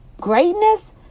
greatness